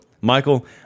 Michael